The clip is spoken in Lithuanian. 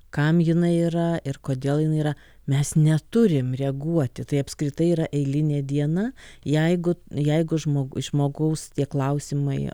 kam jinai yra ir kodėl jinai yra mes neturim reaguoti tai apskritai yra eilinė diena jeigu jeigu žmog žmogaus tie klausimai